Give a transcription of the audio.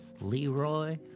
Leroy